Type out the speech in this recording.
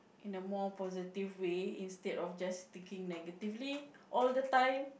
in a more positive way instead of just thinking negatively all the time